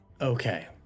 Okay